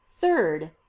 Third